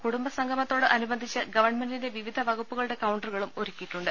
കുടുംബസംഗമത്തോട് അനുബന്ധിച്ച് ഗവൺമെന്റിന്റെ വിവിധ വകുപ്പുകളുടെ കൌണ്ടറുകളും ഒരുക്കിയിട്ടുണ്ട്